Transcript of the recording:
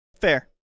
Fair